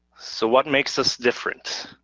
so what makes us different?